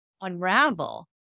unravel